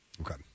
Okay